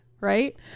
right